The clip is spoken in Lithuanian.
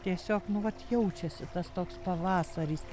tiesiog nu vat jaučiasi tas toks pavasaris